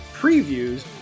previews